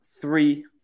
Three –